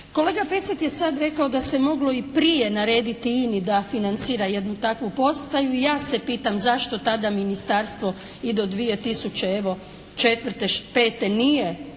Kolega Pecek je sad rekao da se moglo i prije narediti INA-i da financira jednu takvu postaju. I ja se pitam zašto tada Ministarstvo i do dvije tisuće evo četvrte, pete nije